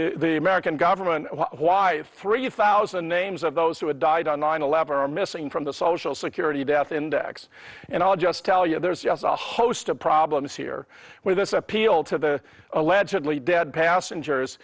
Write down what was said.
american government why three thousand names of those who died on nine eleven are missing from the social security death index and i'll just tell you there's just a host of problems here with this appeal to the allegedly dead passengers